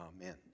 Amen